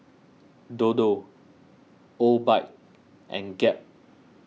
Dodo Obike and Gap